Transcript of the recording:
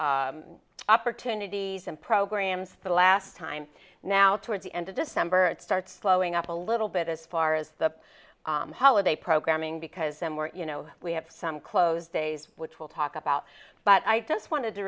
many opportunities and programs for the last time now towards the end of december it starts blowing up a little bit as far as the holiday programming because you know we have some close days which we'll talk about but i just wanted to